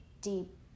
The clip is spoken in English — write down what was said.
deep